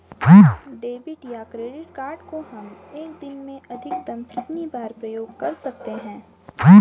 Debit या credit card को हम एक दिन में अधिकतम कितनी बार प्रयोग कर सकते हैं?